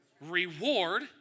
reward